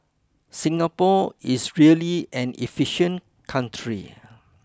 Singapore is really an efficient country